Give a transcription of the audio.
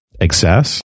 excess